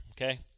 okay